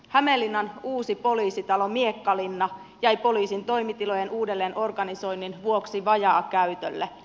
hämeenlinnan uusi poliisitalo miekkalinna jäi poliisin toimitilojen uudelleenorganisoinnin vuoksi vajaakäytölle